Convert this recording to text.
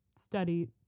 study